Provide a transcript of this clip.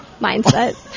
Mindset